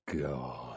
God